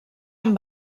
amb